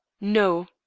no.